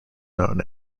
known